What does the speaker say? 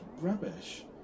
rubbish